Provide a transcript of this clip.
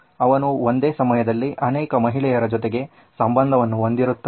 ಅವನು ಒಂದೇ ಸಮಯದಲ್ಲಿ ಅನೇಕ ಮಹಿಳೆಯರ ಜೊತೆಗೆ ಸಂಬಂಧವನ್ನು ಹೊಂದಿರುತ್ತಾನೆ